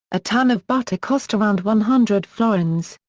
a ton of butter cost around one hundred florins,